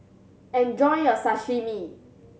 enjoy your Sashimi